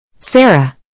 Sarah